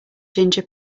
ginger